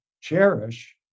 cherish